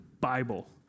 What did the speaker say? Bible